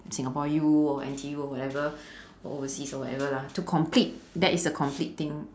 singapore U or N_T_U or whatever overseas or whatever lah to complete that is a complete thing